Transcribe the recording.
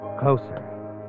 Closer